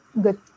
good